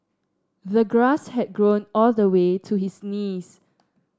the grass had grown all the way to his knees